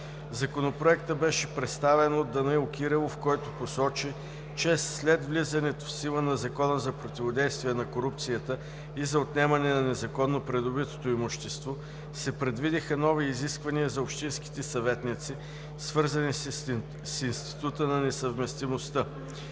Законопроектът беше представен от Данаил Кирилов, който посочи, че след влизането в сила на Закона за противодействие на корупцията и за отнемане на незаконно придобитото имущество, се предвидиха нови изисквания за общинските съветници, свързани с института на несъвместимостта.